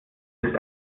ist